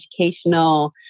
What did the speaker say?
educational